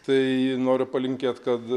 tai noriu palinkėt kad